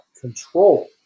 control